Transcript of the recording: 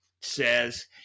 says